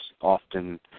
often